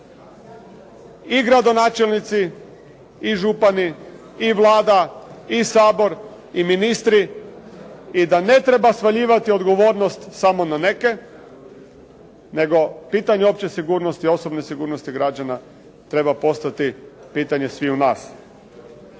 i gradonačelnici i župani, i Vlada, i Sabor, i ministri, i da ne treba svaljivati odgovornost samo na neke nego pitanje opće sigurnosti građana treba postati pitanje sviju nas.